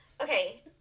Okay